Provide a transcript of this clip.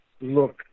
look